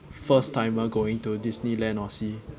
first timer going to disneyland or sea